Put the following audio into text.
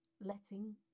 letting